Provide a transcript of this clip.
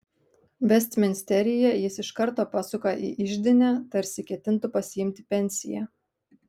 vestminsteryje jis iš karto pasuka į iždinę tarsi ketintų pasiimti pensiją